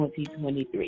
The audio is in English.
2023